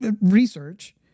research